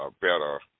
better